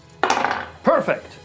Perfect